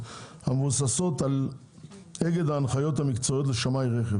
המבוססות על אגד ההנחיות המקצועיות לשמאי רכב.